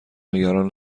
نگران